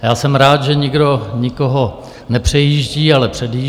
Já jsem rád, že nikdo nikoho nepřejíždí, ale předjíždí.